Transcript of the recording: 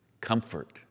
Comfort